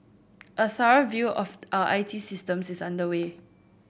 a thorough review of our I T systems is underway